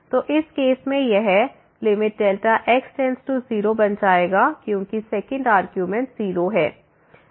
तो इस केस में यह x→0 बन जाएगा क्योंकि सेकंड आर्गुमेंट 0 है